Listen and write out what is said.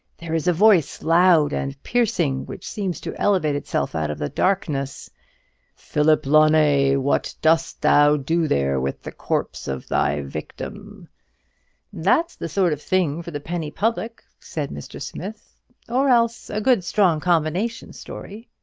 there is a voice, loud and piercing, which seems to elevate itself out of the darkness philip launay, what dost thou do there with the corpse of thy victim that's the sort of thing for the penny public, said mr. smith or else a good strong combination story.